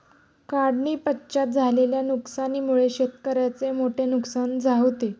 काढणीपश्चात झालेल्या नुकसानीमुळे शेतकऱ्याचे मोठे नुकसान होते